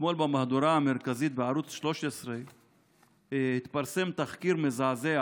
אתמול במהדורה המרכזית בערוץ 13 התפרסם תחקיר מזעזע